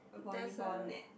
there's a